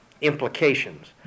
implications